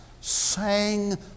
sang